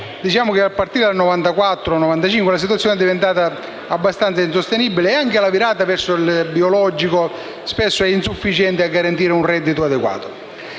i costi. A partire dal 1994-1995, la situazione è diventata abbastanza insostenibile e anche la virata verso la produzione biologica è spesso insufficiente a garantire un reddito adeguato,